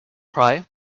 cry